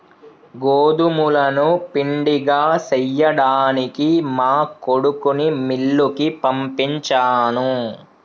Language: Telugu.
గోదుములను పిండిగా సేయ్యడానికి మా కొడుకుని మిల్లుకి పంపించాను